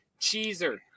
Cheezer